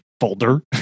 folder